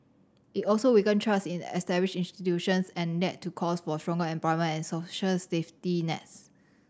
it also weakened trust in established institutions and led to calls for stronger employment and social safety nets